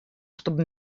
чтобы